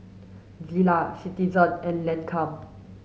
Zalia Citizen and Lancome